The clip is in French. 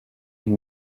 une